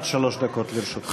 עד שלוש דקות לרשותך.